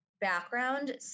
background